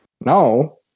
No